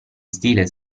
stile